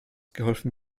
geholfen